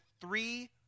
three